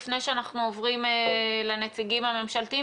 לפני שאנחנו עוברים לנציגים הממשלתיים,